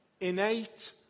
innate